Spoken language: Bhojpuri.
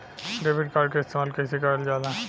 डेबिट कार्ड के इस्तेमाल कइसे करल जाला?